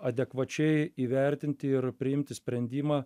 adekvačiai įvertinti ir priimti sprendimą